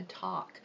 talk